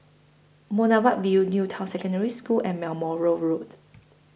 Boulevard Vue New Town Secondary School and Moral Road